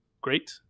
great